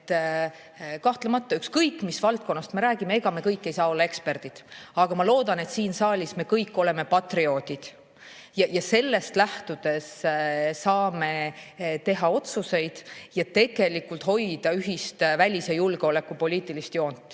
Kahtlemata, ükskõik mis valdkonnast me räägime, ega me kõik ei saa olla eksperdid, aga ma loodan, et siin saalis me kõik oleme patrioodid. Ja sellest lähtudes saame teha otsuseid ja tegelikult hoida ühist välis- ja julgeolekupoliitilist joont.